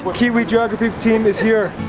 but kiwi geographies team is here